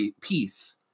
peace